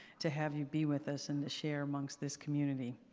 to have you be with us and to share amongst this community.